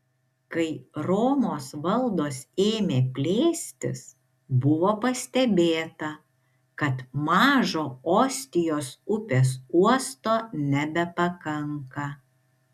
kai romos valdos ėmė plėstis buvo pastebėta kad mažo ostijos upės uosto nebepakanka